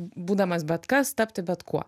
būdamas bet kas tapti bet kuo